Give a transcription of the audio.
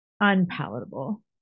unpalatable